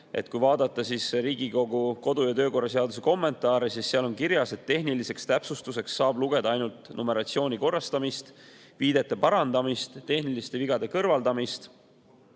Kui vaadata Riigikogu kodu- ja töökorra seaduse kommentaare, siis seal on kirjas, et tehniliseks täpsustuseks saab lugeda ainult numeratsiooni korrastamist, viidete parandamist, tehniliste vigade kõrvaldamist